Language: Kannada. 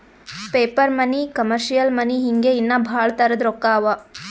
ಪೇಪರ್ ಮನಿ, ಕಮರ್ಷಿಯಲ್ ಮನಿ ಹಿಂಗೆ ಇನ್ನಾ ಭಾಳ್ ತರದ್ ರೊಕ್ಕಾ ಅವಾ